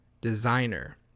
Designer